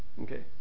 Okay